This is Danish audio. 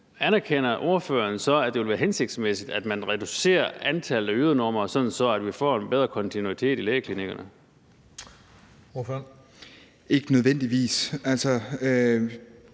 anerkender ordføreren så, at det vil være hensigtsmæssigt, at man reducerer antallet af ydernumre, sådan at vi får en bedre kontinuitet i lægeklinikkerne? Kl. 19:08 Den fg.